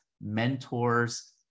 mentors